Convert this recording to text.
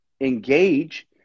engage